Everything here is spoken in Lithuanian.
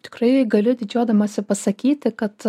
tikrai galiu didžiuodamasi pasakyti kad